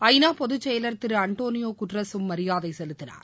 ஐநா பொதுச்செயலர் திரு ஆண்டானியோ குட்ரஸூம் மரியாதை செலுத்தினார்